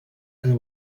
and